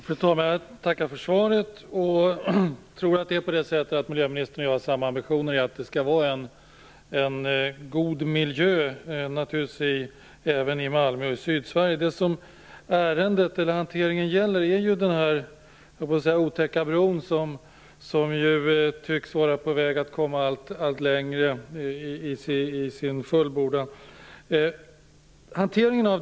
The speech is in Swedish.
Fru talman! Jag tackar för svaret och tror att miljöministern och jag har samma ambitioner när det gäller en god miljö i Malmö och i Sydsverige i övrigt. Det som hanteringen gäller är - låt mig säga så - den otäcka bro som tycks vara på väg att komma allt längre mot sin fullbordan.